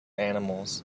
animals